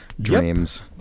dreams